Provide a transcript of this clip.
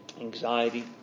anxiety